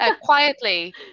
quietly